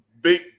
Big